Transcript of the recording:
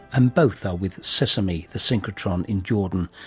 and both are with sesame, the synchrotron in jordan,